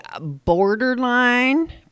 borderline